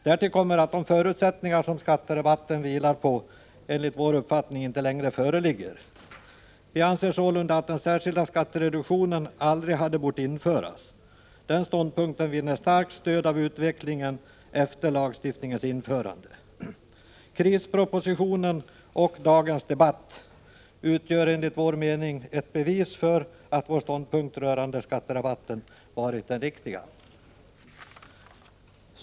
Därtill kommer att de förutsättningar som skatterabatten vilar på enligt vår uppfattning inte längre föreligger. Vi anser sålunda att den särskilda skattereduktionen aldrig hade bort införas. Den ståndpunkten vinner starkt stöd i utvecklingen efter lagstiftningens införande. Krispropositionen och dagens debatt utgör enligt vår mening ett bevis på att vår ståndpunkt rörande skatterabatten har varit den riktiga.